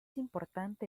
importante